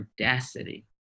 audacity